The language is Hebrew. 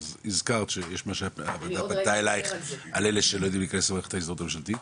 הזכרת שפנתה אלייך על אלה שלא יודעים להיכנס למערכת ההזדהות הממשלתית,